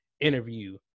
interview